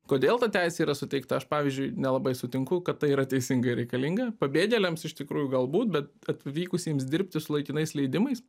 kodėl ta teisė yra suteikta aš pavyzdžiui nelabai sutinku kad tai yra teisinga ir reikalinga pabėgėliams iš tikrųjų galbūt bet atvykusiems dirbti su laikinais leidimais